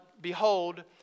Behold